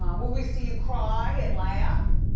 um will we see you cry and laugh?